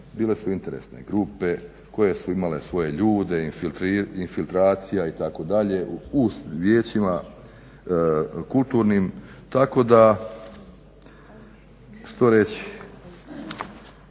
bile su interesne grupe koje su imale svoje ljude, infiltracija itd. u vijećima kulturnim tako da što reći.